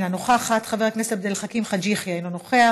אינה נוכחת,